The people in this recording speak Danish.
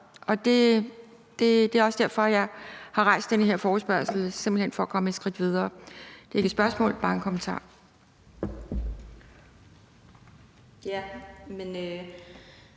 Det er også derfor, jeg har rejst den her forespørgsel, nemlig simpelt hen for at komme et skridt videre. Det er ikke et spørgsmål, bare en kommentar. Kl.